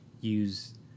use